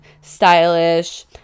stylish